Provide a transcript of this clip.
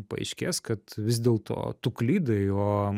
paaiškės kad vis dėlto tu klydai o